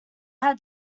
had